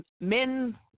men